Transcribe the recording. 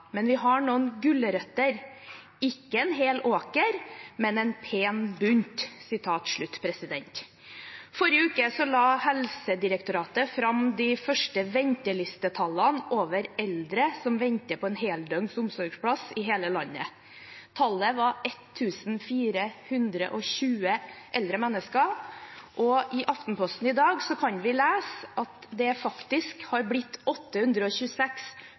men at vi har noen gulrøtter – ikke en hel åker, men en pen bunt. I forrige uke la Helsedirektoratet fram de første ventelistetallene over eldre som venter på en heldøgns omsorgsplass, i hele landet. Tallet var 1 420 eldre mennesker, og i Aftenposten i dag kan vi lese at det faktisk er blitt 826